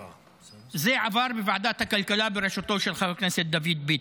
זה עבר בוועדת הכלכלה בראשותו של חבר הכנסת דוד ביטן.